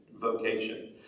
vocation